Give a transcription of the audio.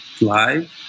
live